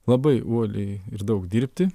labai uoliai ir daug dirbti